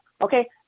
Okay